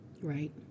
Right